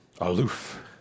Aloof